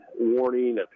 warning